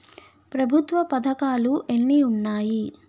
ప్రభుత్వ పథకాలు ఎన్ని ఉన్నాయి?